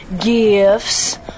gifts